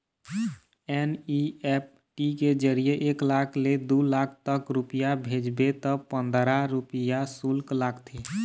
NEFT के जरिए एक लाख ले दू लाख तक रूपिया भेजबे त पंदरा रूपिया सुल्क लागथे